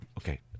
Okay